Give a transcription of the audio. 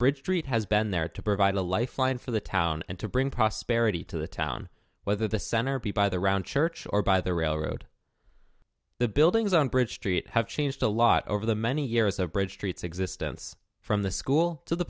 bridge street has been there to provide a lifeline for the town and to bring prosperity to the town whether the center piece by the round church or by the railroad the buildings on bridge street have changed a lot over the many years of bridge street's existence from the school to the